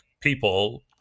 people